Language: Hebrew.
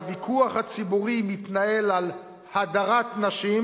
שהוויכוח הציבורי מתנהל על הדרת נשים,